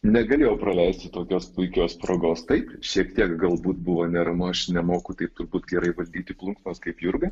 negalėjau praleisti tokios puikios progos taip šiek tiek galbūt buvo neramu aš nemoku taip turbūt gerai valdyti plunksnos kaip jurga